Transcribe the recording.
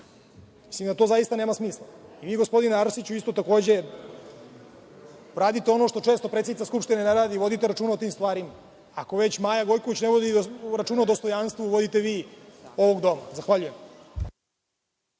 Mislim da to zaista nema smisla. I vi, gospodine Arsiću, takođe, radite ono što često predsednica Skupštine ne radi, vodite računa o tim stvarima. Ako već Maja Gojković ne vodi računa o dostojanstvu ovog doma, vodite vi. Zahvaljujem.